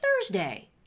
Thursday